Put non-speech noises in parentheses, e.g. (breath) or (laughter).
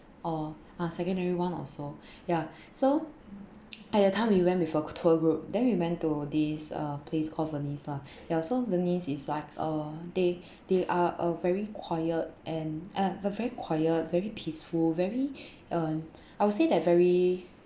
or ah secondary one ah also ya so (noise) at that time we went with a tour group then we went to this uh place called venice lah ya so venice is like uh they they are a very quiet and uh very quiet very peaceful very (breath) um I would say that very